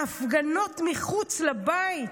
ההפגנות מחוץ לבית,